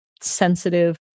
sensitive